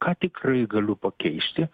ką tikrai galiu pakeisti